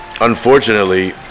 unfortunately